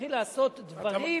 נתחיל לעשות דברים